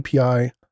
API